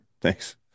Thanks